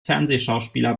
fernsehschauspieler